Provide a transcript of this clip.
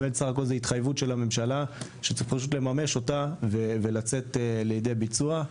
באמת זו התחייבות של הממשלה שצריך לממש אותה ולצאת לידי ביצוע.